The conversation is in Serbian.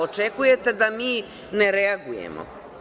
Očekujete da mi ne reagujemo.